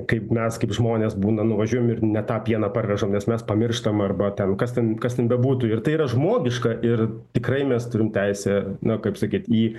kaip mes kaip žmonės būna nuvažiuojam ir ne tą pieną parvežam nes mes pamirštam arba ten kas ten kas ten bebūtų ir tai yra žmogiška ir tikrai mes turim teisę na kaip sakyt į